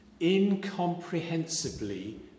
incomprehensibly